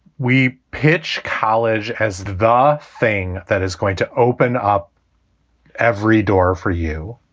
we hitch college as the thing that is going to open up every door for you,